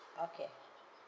okay